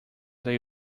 they